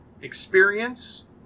experience